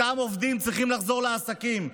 אותם עובדים צריכים לחזור לעסקים.